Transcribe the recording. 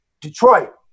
Detroit